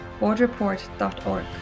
boardreport.org